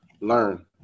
learn